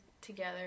together